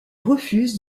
refuse